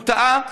הוא טעה.